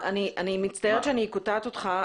אני מצטערת שאני קוטעת אותך,